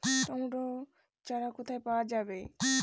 Tomato চারা কোথায় পাওয়া যাবে?